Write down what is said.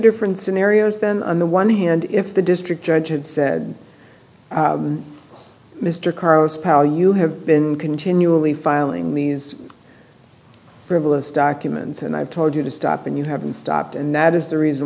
different scenarios then on the one hand if the district judge and said mr karr's power you have been continually filing these frivolous documents and i've told you to stop and you have been stopped and that is the reason